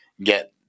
get